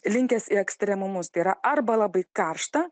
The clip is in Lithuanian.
linkęs į ekstremumus tai yra arba labai karšta